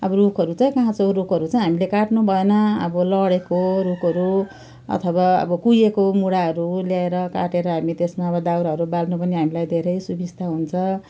अब रुखहरू चाहिँ काँचो रुखहरू चाहिँ हामीले काट्नु भएन अब लडेको रुखहरू अथवा अब कुहेको मुढाहरू ल्याएर काटेर हामी त्यसमा अब दाउराहरू बाल्नु पनि हामीलाई धेरै सुविस्ता हुन्छ